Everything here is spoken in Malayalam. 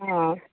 ആ